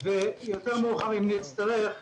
ויותר מאוחר אם נצטרך,